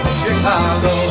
Chicago